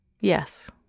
Yes